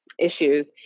issues